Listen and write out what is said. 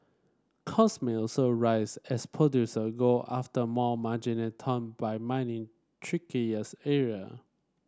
cost may also rise as producer ago after more marginal ton by mining area